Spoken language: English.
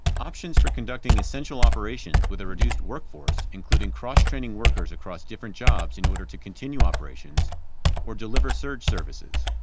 options for conducting essential operations with a reduced workforce, including cross-training workers across different jobs in order to continue operations or deliver surge services.